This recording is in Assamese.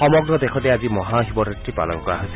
সমগ্ৰ দেশতে আজি মহা শিৱৰাত্ৰি পালন কৰা হৈছে